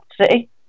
City